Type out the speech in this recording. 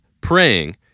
Praying